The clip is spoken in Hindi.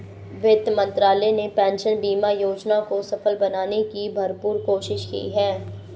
वित्त मंत्रालय ने पेंशन बीमा योजना को सफल बनाने की भरपूर कोशिश की है